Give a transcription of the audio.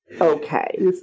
Okay